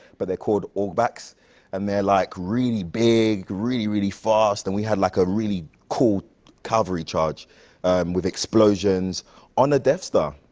but they're called orbaks and they're, like really big, really, really fast and we had, like a really cool cavalry charge with explosions on the death star.